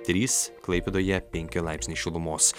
trys klaipėdoje penki laipsniai šilumos